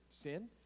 sin